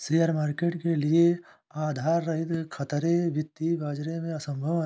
share market के लिये आधार रहित खतरे वित्तीय बाजार में असम्भव हैं